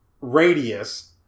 radius